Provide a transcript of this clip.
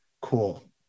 cool